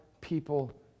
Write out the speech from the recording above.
people